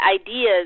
ideas